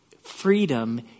freedom